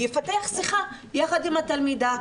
יפתח שיחה יחד עם התלמידה,